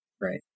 Right